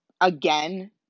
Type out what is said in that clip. again